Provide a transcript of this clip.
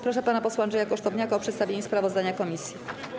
Proszę pana posła Andrzeja Kosztowniaka o przedstawienie sprawozdania komisji.